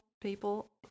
people